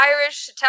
Irish